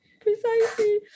Precisely